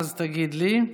תגיד לי.